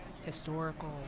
historical